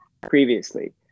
previously